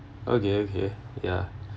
okay okay ya